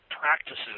practices